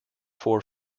four